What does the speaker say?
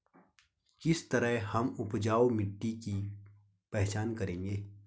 किस तरह हम उपजाऊ मिट्टी की पहचान करेंगे?